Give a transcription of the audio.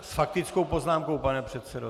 S faktickou poznámkou, pane předsedo.